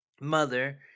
mother